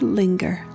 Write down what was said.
linger